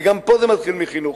וגם פה זה מתחיל מחינוך.